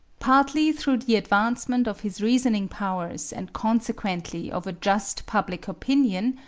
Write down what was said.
partly through the advancement of his reasoning powers and consequently of a just public opinion,